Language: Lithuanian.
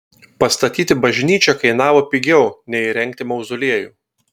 pastatyti bažnyčią kainavo pigiau nei įrengti mauzoliejų